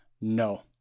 No